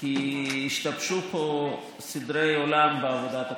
כי השתבשו פה סדרי עולם בעבודת הכנסת.